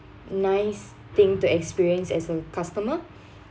nice thing to experience as a customer